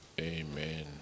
amen